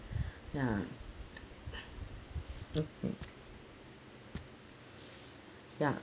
ya ya